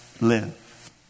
live